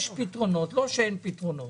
יש פתרונות, זה לא שאין פתרונות,